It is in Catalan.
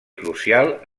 crucial